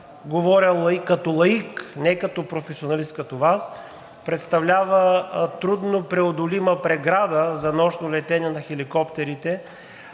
говоря като лаик, не като професионалист като Вас – представлява трудно преодолима преграда за нощно летене на хеликоптерите.